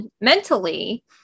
mentally